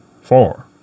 Four